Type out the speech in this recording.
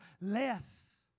less